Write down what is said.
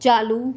चालू